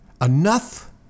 Enough